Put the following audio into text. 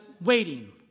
waiting